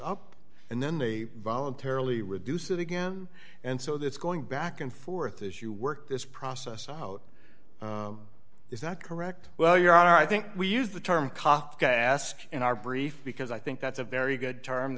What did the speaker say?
up and then they voluntarily reduce it again and so that's going back and forth as you work this process out is that correct well your honor i think we use the term cop task in our brief because i think that's a very good term